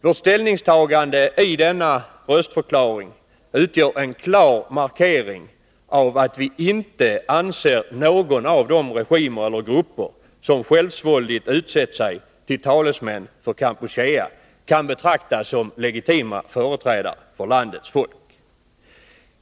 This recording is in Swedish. Vårt ställningstagande utgör en klar markering av att vi inte anser att någon av de regimer eller grupper som självsvåldigt utsett sig till talesmän för Kampuchea kan betraktas såsom legitima företrädare för landets folk.